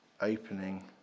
opening